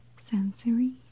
Sensory